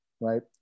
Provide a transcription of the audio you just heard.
right